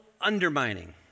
undermining